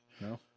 No